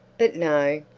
but no,